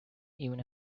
even